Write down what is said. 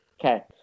Okay